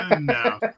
No